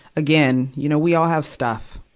again, you know, we all have stuff.